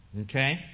Okay